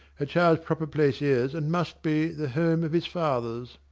a child's proper place is, and must be, the home of his fathers.